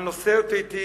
אבל אני נושא אותו אתי